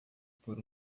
por